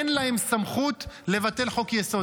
אין להם סמכות לבטל חוק-יסוד,